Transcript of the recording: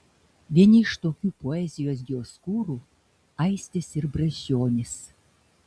vieni iš tokių poezijos dioskūrų aistis ir brazdžionis